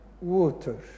water